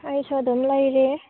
ꯑꯩꯁꯨ ꯑꯗꯨꯝ ꯂꯩꯔꯤ